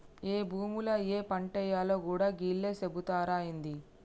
ఏ భూమిల ఏ పంటేయాల్నో గూడా గీళ్లే సెబుతరా ఏంది?